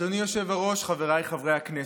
אדוני היושב-ראש, חבריי חברי הכנסת,